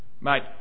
Mate